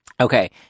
Okay